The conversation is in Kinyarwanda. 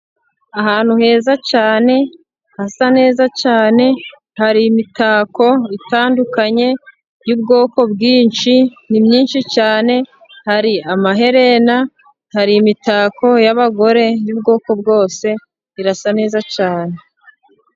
Ahantu heza cyane hasa neza cyane, hari imitako itandukanye y'ubwoko bwinshi, ni myinshi cyane, hari amaherena, hari imitako yabagore y'ubwoko bwose, birasa neza cyane.